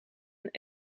een